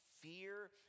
fear